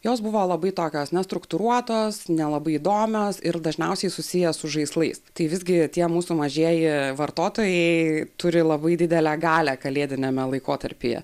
jos buvo labai tokios nestruktūruotos nelabai įdomios ir dažniausiai susiję su žaislais tai visgi tie mūsų mažieji vartotojai turi labai didelę galią kalėdiniame laikotarpyje